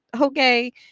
okay